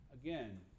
again